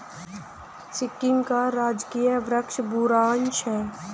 सिक्किम का राजकीय वृक्ष बुरांश है